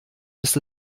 ist